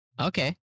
Okay